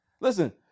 Listen